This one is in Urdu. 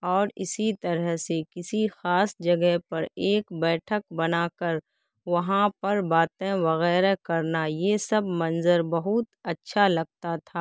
اور اسی طرح سے کسی خاص جگہ پر ایک بیٹھک بنا کر وہاں پر باتیں وغیرہ کرنا یہ سب مںظر بہت اچھا لگتا تھا